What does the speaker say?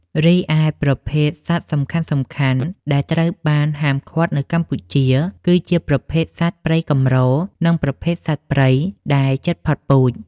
រីឯប្រភេទសត្វសំខាន់ៗដែលត្រូវបានហាមឃាត់នៅកម្ពុជា គឺជាប្រភេទសត្វព្រៃកម្រ និងប្រភេទសត្វព្រៃដែលជិតផុតពូជ។